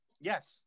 Yes